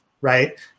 Right